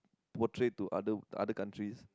portrayed to other other countries